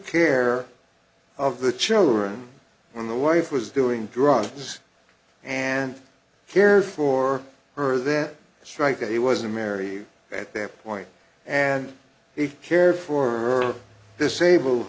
care of the children when the wife was doing drugs and care for her that strike that he was married at that point and he cared for her disable